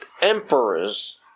emperors